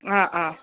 অঁ অঁ